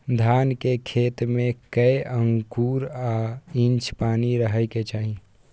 धान के खेत में कैए आंगुर आ इंच पानी रहै के चाही?